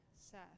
Seth